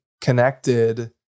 connected